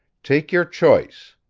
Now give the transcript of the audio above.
take your choice.